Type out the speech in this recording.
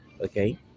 Okay